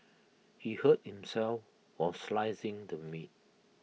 he hurt himself while slicing the meat